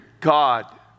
God